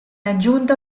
aggiunta